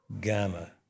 gamma